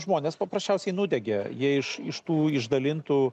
žmonės paprasčiausiai nudegė jie iš iš tų išdalintų